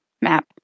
map